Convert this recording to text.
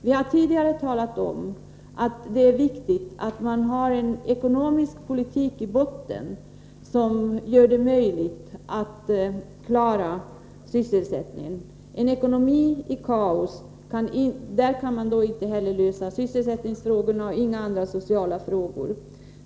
Vi har tidigare talat om att det är viktigt att man har en ekonomisk politik i botten som gör det möjligt att klara sysselsättningen. Med en ekonomi i kaos kan man inte lösa sysselsättningsproblem och andra sociala problem.